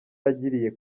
agiriye